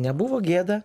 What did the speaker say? nebuvo gėda